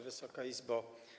Wysoka Izbo!